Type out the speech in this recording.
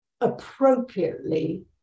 appropriately